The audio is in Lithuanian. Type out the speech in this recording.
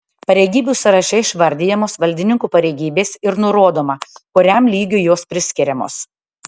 pareigybių sąraše išvardijamos valdininkų pareigybės ir nurodoma kuriam lygiui jos priskiriamos